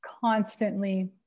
constantly